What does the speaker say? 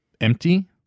empty